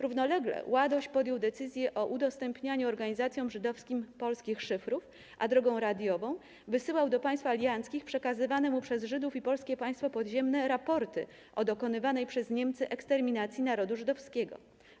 Równolegle Ładoś podjął decyzję o udostępnieniu organizacjom żydowskim polskich szyfrów, a drogą radiową wysyłał do państw alianckich przekazywane mu przez Żydów i Polskie Państwo Podziemne raporty o dokonywanej przez Niemcy eksterminacji narodu żydowskiego.